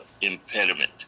impediment